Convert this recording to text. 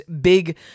big